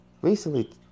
recently